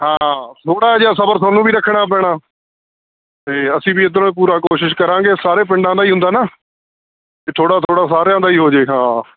ਹਾਂ ਥੋੜ੍ਹਾ ਜਿਹਾ ਸਬਰ ਤੁਹਾਨੂੰ ਵੀ ਰੱਖਣਾ ਪੈਣਾ ਅਤੇ ਅਸੀਂ ਵੀ ਇੱਧਰੋਂ ਪੂਰਾ ਕੋਸ਼ਿਸ਼ ਕਰਾਂਗੇ ਸਾਰੇ ਪਿੰਡਾਂ ਦਾ ਹੀ ਹੁੰਦਾ ਨਾ ਤੇ ਥੋੜ੍ਹਾ ਥੋੜ੍ਹਾ ਸਾਰਿਆਂ ਦਾ ਹੀ ਹੋ ਜਾਵੇ ਹਾਂ